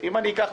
אם אני אקח,